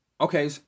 okay